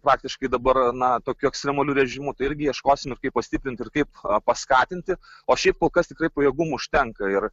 faktiškai dabar na tokiu ekstremaliu režimu tai irgi ieškosim ir kaip pastiprint ir kaip paskatinti o šiaip kol kas tikrai pajėgumų užtenka ir